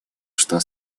что